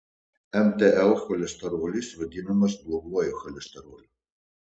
mtl cholesterolis vadinamas bloguoju cholesteroliu